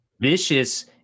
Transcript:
Vicious